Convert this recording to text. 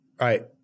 right